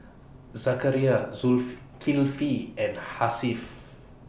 Zakaria and Hasif